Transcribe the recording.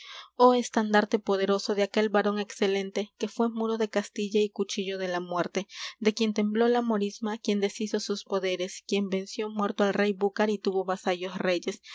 oh estandarte poderoso de aquel varón excelente que fué muro de castilla y cuchillo de la muerte de quien tembló la morisma quien deshizo sus poderes quien venció muerto al rey búcar y tuvo vasallos reyes